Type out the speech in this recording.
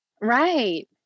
Right